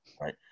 right